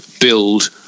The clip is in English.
build